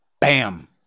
bam